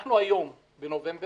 אנחנו היום בנובמבר,